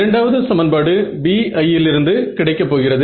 இரண்டாவது சமன்பாடு BI லிருந்து கிடைக்க போகிறது